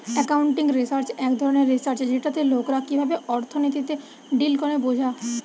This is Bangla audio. একাউন্টিং রিসার্চ এক ধরণের রিসার্চ যেটাতে লোকরা কিভাবে অর্থনীতিতে ডিল করে বোঝা